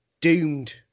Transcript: doomed